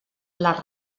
les